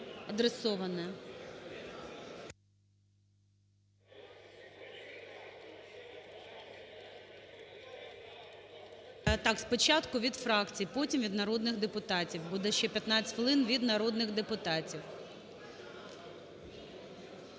Так, спочатку – від фракцій, потім – від народних депутатів. Буде ще 15 хвилин від народних депутатів.